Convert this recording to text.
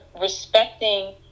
respecting